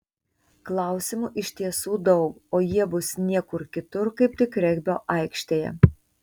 klausimų iš tiesų daug o jie bus niekur kitur kaip tik regbio aikštėje